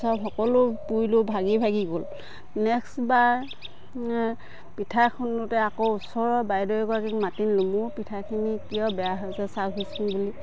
চব সকলো পুৰিলোঁ ভাগি ভাগি গ'ল নেক্স বাৰ পিঠা খুন্দোতে আকৌ ওচৰৰ বাইদেউ এগৰাকীক মাতি আনিলোঁ মোৰ পিঠাখিনি কিয় বেয়া হৈছে চাওকহিচোন বুলি